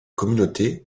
communauté